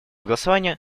голосования